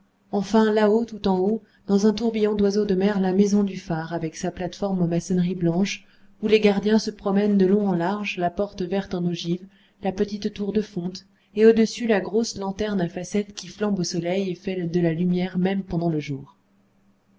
enfin là-haut tout en haut dans un tourbillon d'oiseaux de mer la maison du phare avec sa plate-forme en maçonnerie blanche où les gardiens se promènent de long en large la porte verte en ogive la petite tour de fonte et au-dessus la grosse lanterne à facettes qui flambe au soleil et fait de la lumière même pendant le jour